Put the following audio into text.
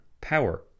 power